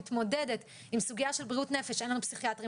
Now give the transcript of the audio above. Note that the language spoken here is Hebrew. מתמודדת עם סוגיה של בריאות נפש - אין לנו פסיכיאטרים,